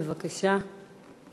בבקשה.